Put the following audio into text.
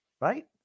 right